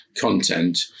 content